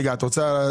רגע, את רוצה תשובה?